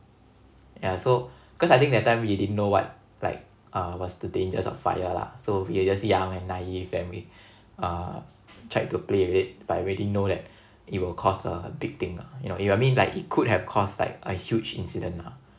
yeah so cause I think that time we didn't know what like uh was the dangers of fire lah so we're just young and naive and we uh tried to play with it but we didn't know that it will cause a big thing ah you know I mean like it could have caused like a huge incident mah